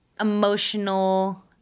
emotional